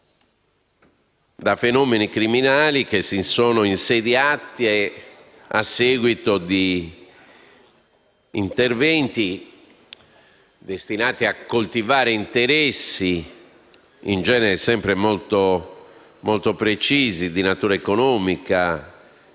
da fenomeni criminali che si sono insediati a seguito di interventi destinati a coltivare interessi, in genere sempre molto precisi, di natura economica,